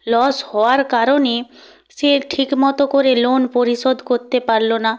loss হওয়ার কারণে সে ঠিক মতো করে লোন পরিশোধ করতে পারলো না